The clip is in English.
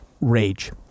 rage